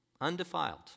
undefiled